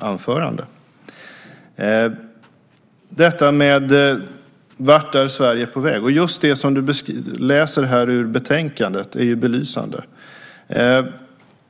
anförande. När det gäller vart Sverige är på väg är just det som hon läser ur betänkandet belysande.